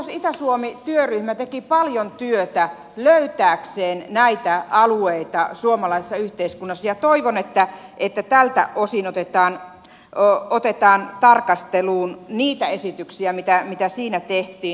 pohjoisitä suomi työryhmä teki paljon työtä löytääkseen näitä alueita suomalaisessa yhteiskunnassa ja toivon että tältä osin otetaan tarkasteluun niitä esityksiä mitä siinä tehtiin